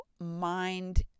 mind